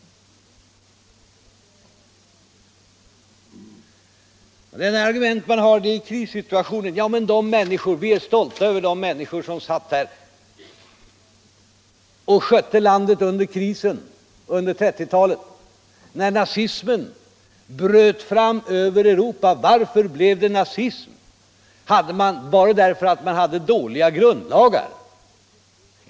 Det enda argument man har är krissituationen. Men vi är stolta över de människor som satt där och skötte landet under krisen, under 1930 talet, när nazismen bröt fram över Europa. Varför kom nazismen? Var det därför att man hade dåliga grundlagar?